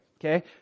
Okay